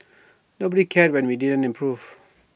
nobody cared when we didn't improve